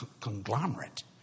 conglomerate